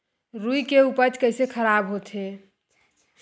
रुई के उपज कइसे खराब होथे?